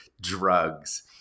drugs